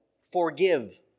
forgive